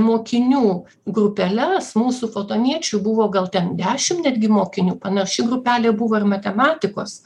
mokinių grupeles mūsų fotoniečių buvo gal ten dešimt netgi mokinių panaši grupelė buvo ir matematikos